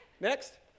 Next